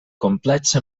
complexa